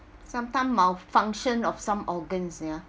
sometime malfunction of some organs ya